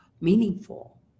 meaningful